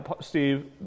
Steve